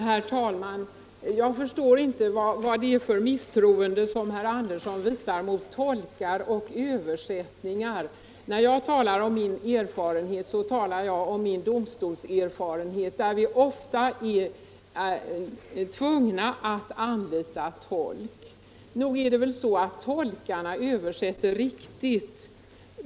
Herr talman! Jag förstår inte att herr Sivert Andersson visar ett sådant misstroende mot tolkningar och översättningar. När jag talar om min erfarenhet talar jag om min domstolserfarenhet, där vi ofta är tvungna att anlita tolk. Nog översätter väl tolkarna riktigt?